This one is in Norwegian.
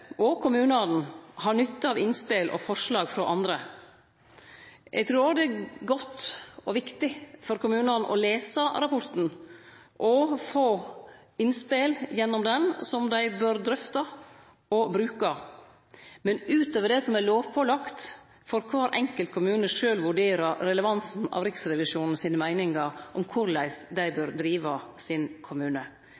kommunane, har nytte av innspel og forslag frå andre. Eg trur òg det er godt og viktig for kommunane å lese rapporten og få innspel gjennom den som dei bør drøfte og bruke. Men utover det som er lovpålagt, får kvar enkelt kommune sjølv vurdere relevansen av Riksrevisjonen sine meiningar om korleis dei